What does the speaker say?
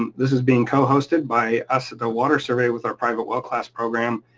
and this is being co hosted by us at the water survey with our private well class program,